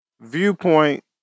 viewpoint